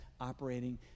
operating